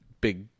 big